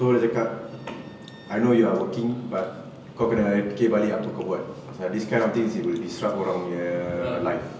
so dia cakap I know you're working but kau kena fikir balik apa kau buat pasal this kind of things it will disrupt orangnya life